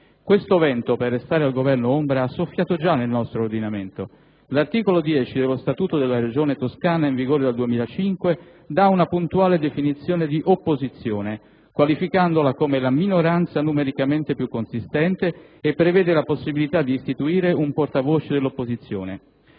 Questo vento, per restare al Governo ombra, ha soffiato già nel nostro ordinamento: l'articolo 10 dello Statuto della Regione Toscana (in vigore dal 2005) dà una puntuale definizione di "opposizione", qualificandola come la minoranza numericamente più consistente, e prevede la possibilità di istituire un «portavoce dell'opposizione».